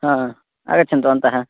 हा आगच्छन्तु अन्तः